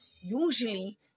usually